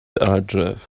adref